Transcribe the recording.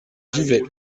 givet